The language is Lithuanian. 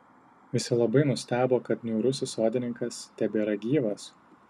visi labai nustebo kad niūrusis sodininkas tebėra gyvas